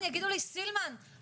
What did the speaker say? מי אחראי על המאגר הזה,